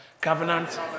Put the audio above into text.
Covenant